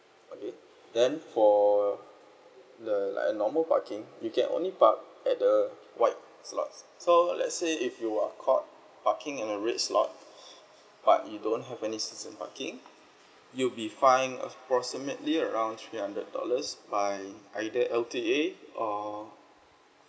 okay then for the like a normal parking you can only park at the white slots so let's say if you are caught parking in a red slot but you don't have any season parking you'll be fined approximately around three hundred dollars by either L_T_A or